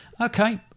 Okay